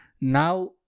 Now